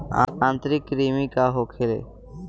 आंतरिक कृमि का होखे?